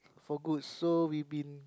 for good so we been